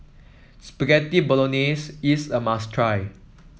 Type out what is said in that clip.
Spaghetti Bolognese is a must try